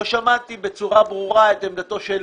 לא שמעתי בצורה ברורה את עמדתו של